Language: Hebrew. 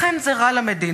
לכן זה רע למדינה.